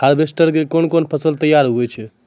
Harvester के कोन कोन फसल तैयार होय छै?